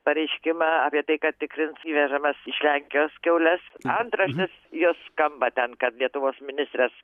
pareiškimą apie tai kad tikrins įvežamas iš lenkijos kiaules antraštės jos skamba ten kad lietuvos ministras